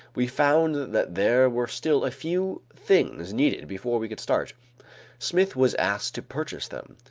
we found that there were still a few things needed before we could start smith was asked to purchase them.